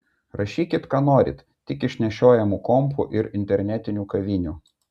rašykit ką norit tik iš nešiojamų kompų ir internetinių kavinių